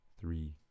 three